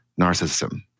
narcissism